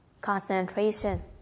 concentration